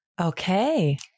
Okay